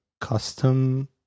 custom